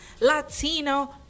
Latino